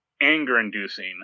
anger-inducing